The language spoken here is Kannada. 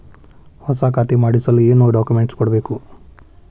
ಹೊಸ ಖಾತೆ ಮಾಡಿಸಲು ಏನು ಡಾಕುಮೆಂಟ್ಸ್ ಕೊಡಬೇಕು?